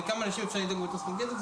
לכמה אנשים אפשר לדאוג באותו סכום כסף.